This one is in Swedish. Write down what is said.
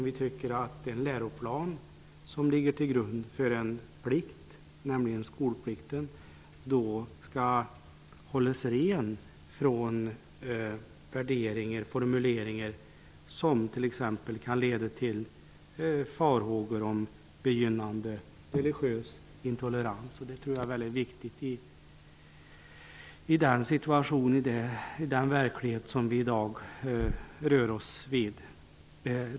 Vi tycker att den läroplan som ligger till grund för skolplikten skall hållas ren från formuleringar och värderingar som t.ex. kan leda till farhågor om begynnande religiös intolerans. Jag tror att detta är mycket viktigt i den situation och verklighet som vi i dag befinner oss i.